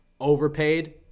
overpaid